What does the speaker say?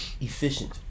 Efficient